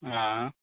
ஆ